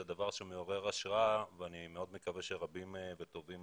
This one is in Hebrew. זה דבר שמעורר השראה ואני מאוד מקווה שרבים וטובים